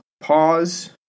pause